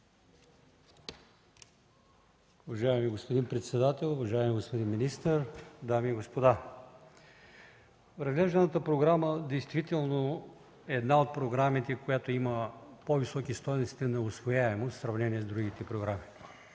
Уважаеми господин председател, уважаеми господин министър, дами и господа! Разглежданата програма действително е една от програмите с по-високи стойности на усвояемост в сравнение с другите програми.